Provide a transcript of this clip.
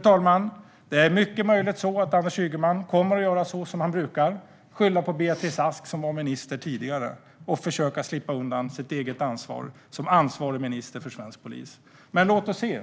ålderspresident! Det är mycket möjligt att Anders Ygeman kommer att göra som han brukar: skylla på Beatrice Ask, som var minister tidigare, och försöka slippa undan sitt eget ansvar som minister med ansvar för svensk polis. Men låt oss se!